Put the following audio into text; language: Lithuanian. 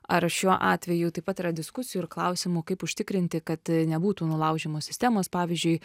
ar šiuo atveju taip pat yra diskusijų ir klausimų kaip užtikrinti kad nebūtų nulaužiamos sistemos pavyzdžiui